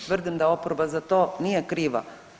Tvrdim da oporba za to nije kriva.